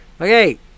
Okay